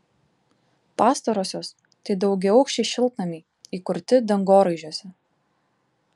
pastarosios tai daugiaaukščiai šiltnamiai įkurti dangoraižiuose